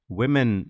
women